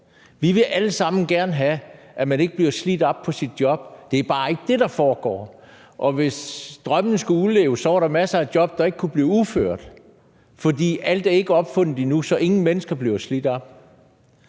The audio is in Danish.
Vi vil alle sammen gerne have, at man ikke bliver slidt op på sit job. Det er bare ikke det, der foregår. Og hvis drømmen skulle udleves, var der masser af job, der ikke kunne blive udført, for alt er ikke opfundet endnu, således at ingen mennesker bliver slidt op.